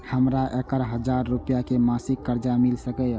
हमरा एक हजार रुपया के मासिक कर्जा मिल सकैये?